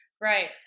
right